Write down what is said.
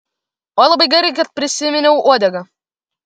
oi labai gerai kad prisiminiau uodegą